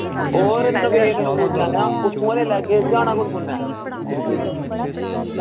और नवेद नवूद लैना उत्थोआं लेई लैगे जाना कु'न कु'न ऐ